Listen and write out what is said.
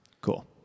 Cool